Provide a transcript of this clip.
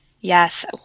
Yes